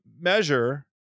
measure